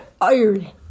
Ireland